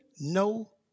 no